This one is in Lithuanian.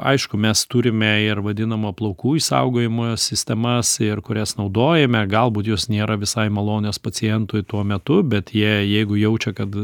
aišku mes turime ir vadinamą plaukų išsaugojimo sistemas ir kurias naudojame galbūt jos nėra visai malonios pacientui tuo metu bet jie jeigu jaučia kad